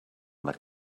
like